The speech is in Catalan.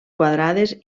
quadrades